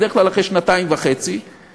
אלא בדרך כלל אחרי שנתיים וחצי בממוצע,